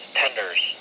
tenders